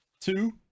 Two